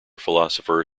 philosopher